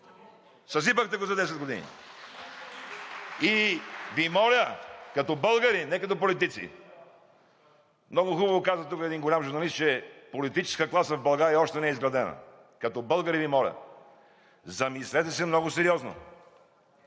от „БСП за България“.) Моля Ви, като българи – не като политици, много хубаво каза тук един голям журналист, че политическа класа в България още не е изградена. Като българи Ви моля – замислете се много сериозно.